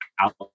out